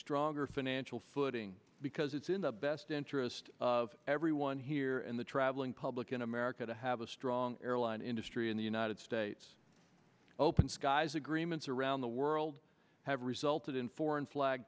stronger financial footing because it's in the best interest of everyone here and the traveling public in america to have a strong airline industry in the united states open skies agreements around the world have resulted in foreign flag